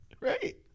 Right